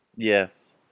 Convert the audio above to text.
Yes